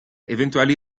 eventuali